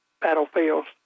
battlefields